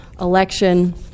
election